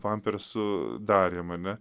pampersų darėm mane